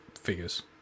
figures